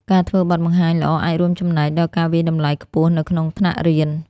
ការធ្វើបទបង្ហាញល្អអាចរួមចំណែកដល់ការវាយតម្លៃខ្ពស់នៅក្នុងថ្នាក់រៀន។